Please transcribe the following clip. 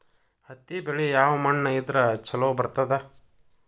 ಹತ್ತಿ ಬೆಳಿ ಯಾವ ಮಣ್ಣ ಇದ್ರ ಛಲೋ ಬರ್ತದ?